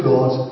God